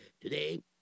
Today